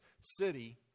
city